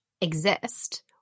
exist